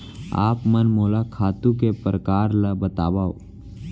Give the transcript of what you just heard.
आप मन मोला खातू के प्रकार ल बतावव?